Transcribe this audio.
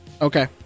Okay